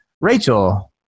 Rachel